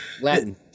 Latin